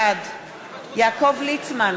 בעד יעקב ליצמן,